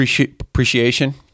appreciation